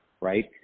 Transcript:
right